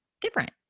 different